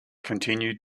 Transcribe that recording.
continued